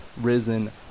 risen